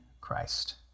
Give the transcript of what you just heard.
Christ